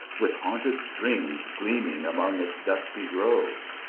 with haunted streams gleaming among its dusky groves.